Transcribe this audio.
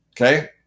Okay